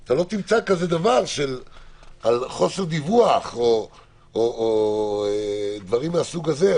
אתה לא תמצא כזה דבר על חוסר דיווח או דברים מהסוג הזה.